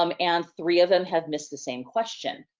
um and three of them have missed the same question.